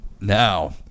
Now